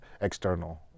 external